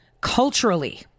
culturally